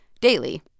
daily